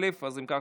התשפ"א 2021,